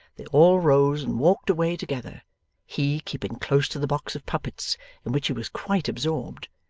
they all rose and walked away together he keeping close to the box of puppets in which he was quite absorbed,